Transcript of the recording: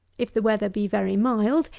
if the weather be very mild,